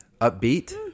Upbeat